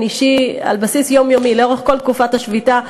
אישי על בסיס יומיומי לאורך כל תקופת השביתה.